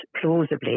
plausibly